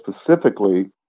specifically